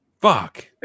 fuck